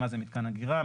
מה זה מתקן אגירה,